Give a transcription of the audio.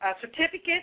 certificates